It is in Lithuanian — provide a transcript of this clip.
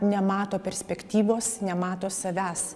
nemato perspektyvos nemato savęs